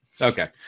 Okay